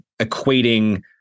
equating